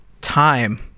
time